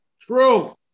True